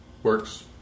Works